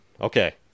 Okay